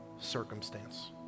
circumstance